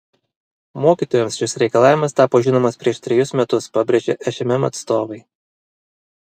mokytojams šis reikalavimas tapo žinomas prieš trejus metus pabrėžė šmm atstovai